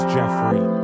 Jeffrey